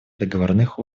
договорных